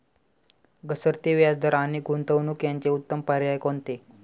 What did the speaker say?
घसरते व्याजदर आणि गुंतवणूक याचे उत्तम पर्याय कोणते?